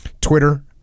Twitter